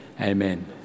Amen